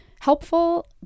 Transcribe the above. Helpful